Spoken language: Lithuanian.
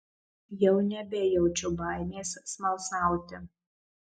jau nebejaučiau baimės smalsauti